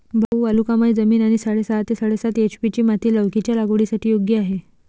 भाऊ वालुकामय जमीन आणि साडेसहा ते साडेसात पी.एच.ची माती लौकीच्या लागवडीसाठी योग्य आहे